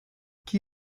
chi